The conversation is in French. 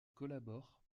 collabore